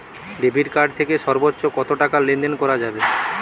Debit card থেকে সর্বোচ্চ কত টাকা লেনদেন করা যাবে?